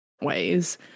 ways